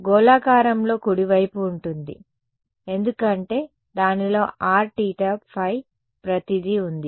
గోళాకారంలో కుడివైపు ఉంటుంది ఎందుకంటే దానిలో r తీటా ఫై ప్రతిదీ ఉంది